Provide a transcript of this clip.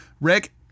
Rick